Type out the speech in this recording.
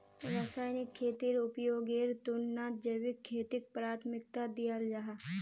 रासायनिक खेतीर उपयोगेर तुलनात जैविक खेतीक प्राथमिकता दियाल जाहा